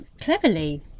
cleverly